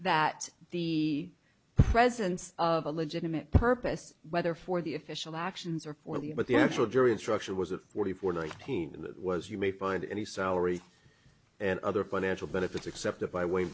that the presence of a legitimate purpose whether for the official actions or for what the actual jury instruction was a forty four in that was you may find any salary and other financial benefits accepted by way